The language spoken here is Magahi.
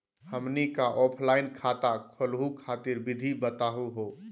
हमनी क ऑफलाइन खाता खोलहु खातिर विधि बताहु हो?